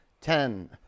ten